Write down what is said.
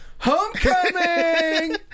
Homecoming